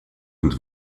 und